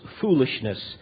foolishness